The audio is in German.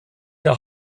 der